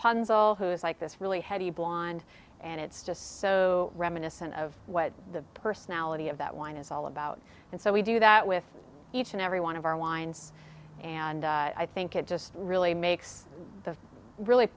punchbowl who is like this really heavy blonde and it's just so reminiscent of what the personality of that one is all about and so we do that with each and every one of our wines and i think it just really makes the really